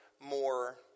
more